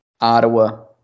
Ottawa